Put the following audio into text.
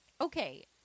Okay